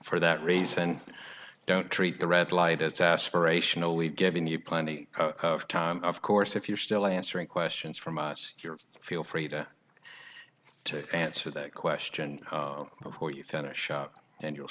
for that reason don't treat the red light as aspirational we've given you plenty of time of course if you're still answering questions from us feel free to to answer that question before you finish and you'll